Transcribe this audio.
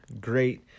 great